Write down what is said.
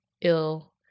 ill